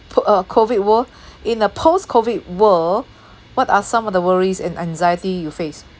po~ uh COVID world in a post COVID world what are some of the worries and anxiety you face